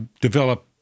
develop